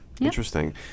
Interesting